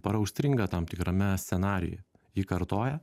pora užstringa tam tikrame scenarijuj jį kartoja